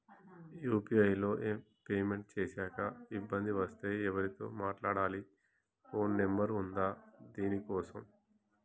UPI లో payment చేశాక ఇబ్బంది వస్తే ఎవరితో మాట్లాడాలి? ఫోన్ నంబర్ ఉందా దీనికోసం?